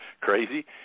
crazy